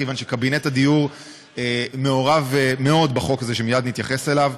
כיוון שקבינט הדיור מעורב מאוד בחוק הזה שמייד נתייחס אליו,